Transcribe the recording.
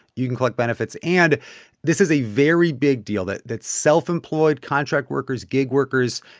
you can collect benefits. and this is a very big deal that that self-employed contract workers, gig workers,